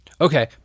okay